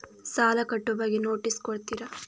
ಸಾಲ ಕಟ್ಟುವ ಬಗ್ಗೆ ನೋಟಿಸ್ ಕೊಡುತ್ತೀರ?